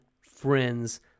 friends